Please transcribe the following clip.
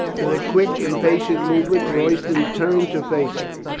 with a quick, im patient movement royston turned to face her.